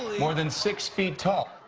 more than six feet tall.